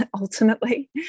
ultimately